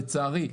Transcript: לצערי,